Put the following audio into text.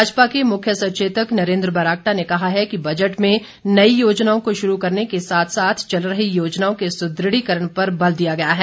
भाजपा के मुख्य सचेतक नरेन्द्र बरागटा ने कहा है कि बजट में नई योजनाओं को शुरू करने के साथ साथ चल रही योजनाओं के सुदृढ़ीकरण पर बल दिया गया है